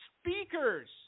speakers